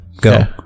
go